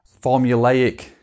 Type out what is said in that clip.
formulaic